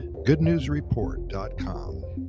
goodnewsreport.com